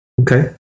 Okay